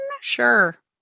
sure